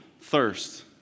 thirst